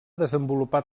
desenvolupar